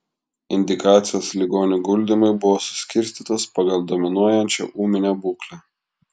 indikacijos ligonių guldymui buvo suskirstytos pagal dominuojančią ūminę būklę